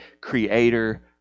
Creator